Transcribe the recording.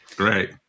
Right